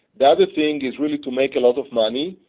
the other thing is really to make a lot of money,